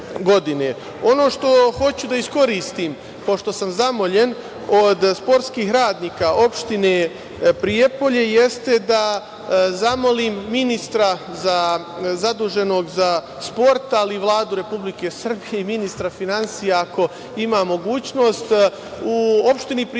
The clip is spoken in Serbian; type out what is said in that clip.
što hoću da iskoristim, pošto sam zamoljen od sportskih radnika opštine Prijepolje, jeste, da zamolim ministra zaduženog za sport, ali i Vladu Republike Srbije i ministra finansija ako ima mogućnost. U opštini Prijepolje